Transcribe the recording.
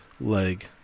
leg